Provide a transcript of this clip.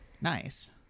Nice